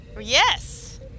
Yes